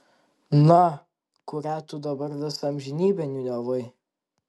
na kurią tu dabar visą amžinybę niūniavai